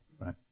right